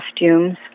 costumes